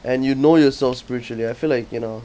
and you know yourself spiritually I feel like you know